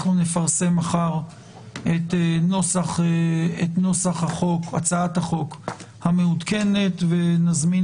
אנחנו נפרסם מחר את נוסח הצעת החוק המעודכנת ונזמין